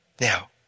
Now